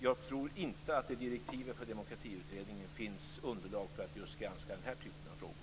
Jag tror inte att det i direktiven till Demokratiutredningen finns underlag för att just granska den här typen av frågor.